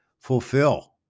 fulfill